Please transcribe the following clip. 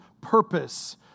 purpose